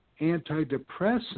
antidepressants